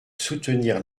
soutenir